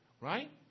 right